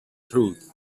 truth